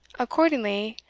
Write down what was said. accordingly,